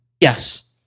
Yes